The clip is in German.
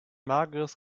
mageres